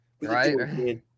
Right